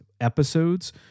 episodes